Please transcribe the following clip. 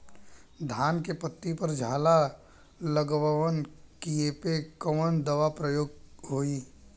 धान के पत्ती पर झाला लगववलन कियेपे कवन दवा प्रयोग होई?